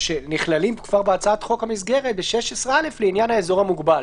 ושנכללים כבר בהצעת חוק המסגרת ב-16(א) לעניין האזור המוגבל,